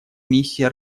миссией